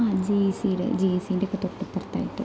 ആ ജീസിയുടെ ജേസീൻ്റെ ഒക്കെ തൊട്ട് ഇപ്പുറത്തായിട്ട്